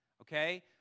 okay